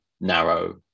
narrow